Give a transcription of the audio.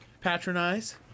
patronize